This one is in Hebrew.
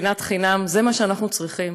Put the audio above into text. שנאת חינם, זה מה שאנחנו צריכים?